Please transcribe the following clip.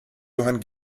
johann